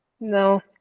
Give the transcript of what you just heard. no